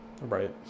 Right